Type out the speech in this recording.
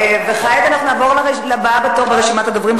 אנחנו נעבור לבאה בתור ברשימת הדוברים,